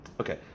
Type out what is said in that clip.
Okay